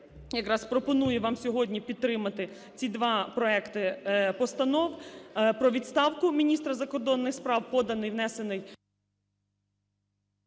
якраз пропонує вам сьогодні підтримати ці два проекти постанов: про відставку міністра закордонних справ, поданий і внесений...